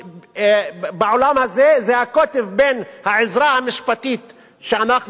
בעולם הזה, זה הקוטב בין העזרה המשפטית שאנחנו